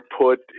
put